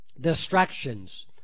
distractions